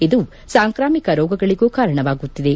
ಇದು ಸಾಂಕ್ರಾಮಿಕ ರೋಗಗಳಿಗೂ ಕಾರಣವಾಗುತ್ತಿದೆ